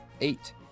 Eight